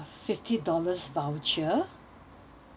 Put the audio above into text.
fifty dollars voucher